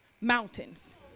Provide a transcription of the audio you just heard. mountains